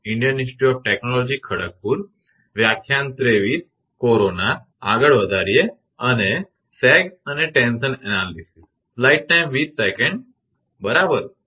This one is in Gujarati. તેથી આ સમસ્યાના સમાધાન પર જઇએ